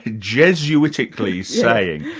ah jesuitically saying,